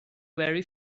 very